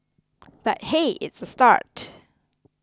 but hey it's a start